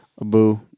Abu